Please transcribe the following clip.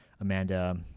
Amanda